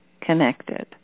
connected